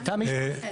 משפחתי.